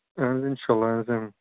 اَہن حظ اِنشاء اللہ اہن حظ